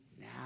now